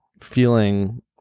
feeling